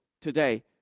today